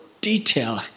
detail